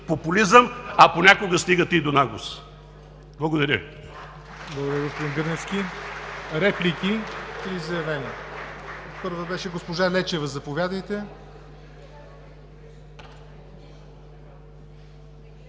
а понякога стигате и до наглост. Благодаря